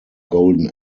golden